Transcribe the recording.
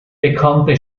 bekannte